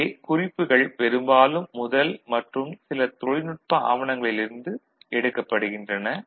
இங்கே குறிப்புகள் பெரும்பாலும் முதல் மற்றும் சில தொழில்நுட்ப ஆவணங்களிலிருந்து எடுக்கப்படுகின்றன